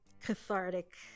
cathartic